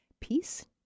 peace